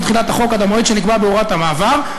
תחילת החוק עד המועד שנקבע בהוראת המעבר,